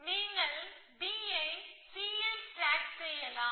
நீங்கள் B ஐ C ல் ஸ்டேக் செய்யலாம்